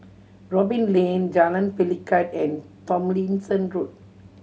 Robin Lane Jalan Pelikat and Tomlinson Road